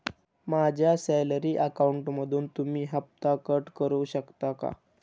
माझ्या सॅलरी अकाउंटमधून तुम्ही हफ्ता कट करू शकता का?